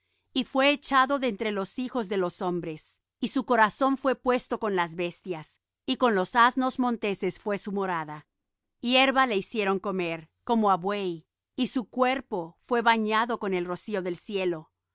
y fué echado de entre los hijos de los hombres y su corazón fué puesto con las bestias y con los asnos monteses fué su morada hierba le hicieron comer como á buey y su cuerpo fué bañado con el rocío del cielo